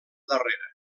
darrera